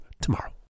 tomorrow